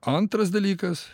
antras dalykas